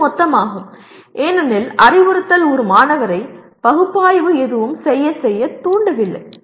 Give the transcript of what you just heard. இது மொத்தமாகும் ஏனெனில் அறிவுறுத்தல் ஒரு மாணவரை பகுப்பாய்வு எதுவும் செய்ய செய்ய தூண்டவில்லை